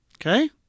Okay